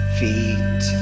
feet